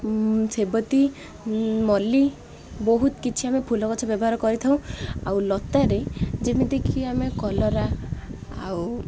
ସେବତୀ ମଲ୍ଲି ବହୁତ କିଛି ଆମେ ଫୁଲ ଗଛ ବ୍ୟବହାର କରି ଥାଉ ଆଉ ଲତାରେ ଯେମିତି କି ଆମେ କଲରା ଆଉ